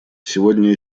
сегодня